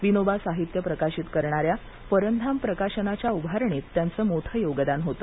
विनोबा साहित्य प्रकाशित करणाऱ्या परंधाम प्रकाशनाच्या उभारणीत त्यांचे मोठे योगदान होते